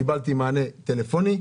קיבלתי מענה טלפוני.